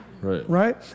right